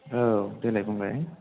औ देलाय बुंलाय